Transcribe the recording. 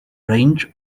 range